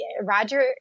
Roger